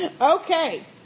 Okay